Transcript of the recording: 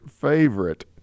favorite